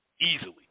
easily